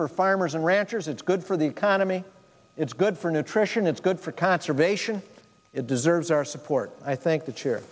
for farmers and ranchers it's good for the economy it's good for nutrition it's good for conservation it deserves our support i think the chair